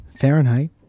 Fahrenheit